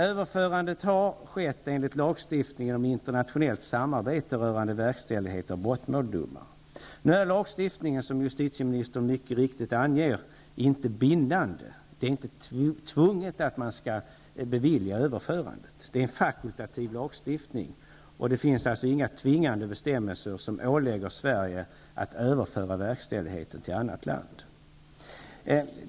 Överförandet har skett enligt lagstiftningen om internationellt samarbete rörande verkställighet av brottmålsdomar. Denna lagstiftning är, som justitieministern mycket riktigt anger, inte bindande. Man är inte tvingad att bevilja överförandet. Det är en fakultativ lagstiftning. Det finns alltså inga tvingande bestämmelser som ålägger Sverige att överföra verkställigheten till annat land.